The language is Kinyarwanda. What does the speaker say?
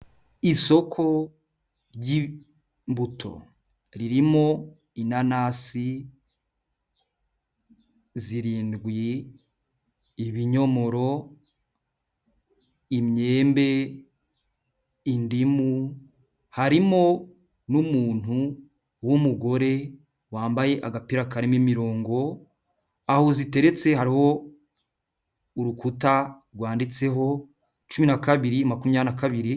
Isoko ry'imbuto ririmo inanasi zirindwi, ibinyomoro, imyembe, indimu, harimo n'umuntu w'umugore wambaye agapira karimo imirongo, aho ziteretse hariho urukuta rwanditseho cumi na kabiri makumyabiri na kabiri...